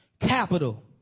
Capital